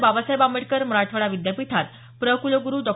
बाबासाहेब आंबेडकर मराठवाडा विद्यापीठात प्र कुलगुरू डॉ